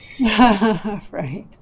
right